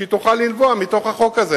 שהיא תוכל לנבוע מתוך החוק הזה.